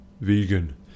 vegan